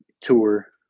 tour